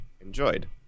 enjoyed